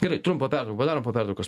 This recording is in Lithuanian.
gerai trumpą pertrauką padarom po pertraukos